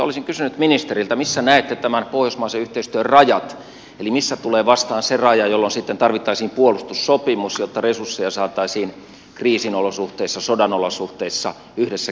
olisin kysynyt ministeriltä missä näette tämän pohjoismaisen yhteistyön rajat eli missä tulee vastaan se raja jolloin sitten tarvittaisiin puolustussopimus jotta resursseja saataisiin kriisin olosuhteissa sodan olosuhteissa yhdessä käytettyä